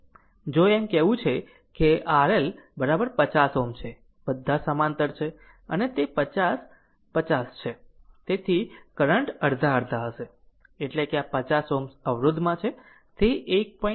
જો એમ કહેવું કે તે RL 50 Ω છે બધા સમાંતર છે અને તે 50 50 છે તેથી કરંટ અડધા અડધા હશે એટલે કે આ 50 Ω અવરોધમાં છે તે 1